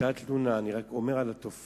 היתה תלונה, אני רק אומר על התופעה.